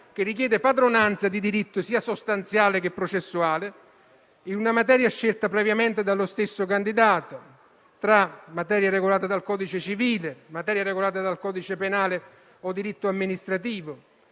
che richiede padronanza di diritto, sia sostanziale che processuale, in una materia scelta previamente dallo stesso candidato tra materie regolate dal codice civile, materie regolate dal codice penale o diritto amministrativo.